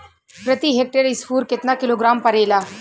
प्रति हेक्टेयर स्फूर केतना किलोग्राम परेला?